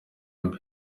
mbi